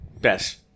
best